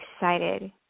excited